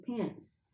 pants